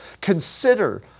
consider